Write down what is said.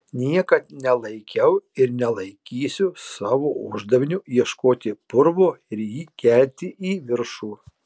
niekad nelaikiau ir nelaikysiu savo uždaviniu ieškoti purvo ir jį kelti į viršų